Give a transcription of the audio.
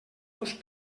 dos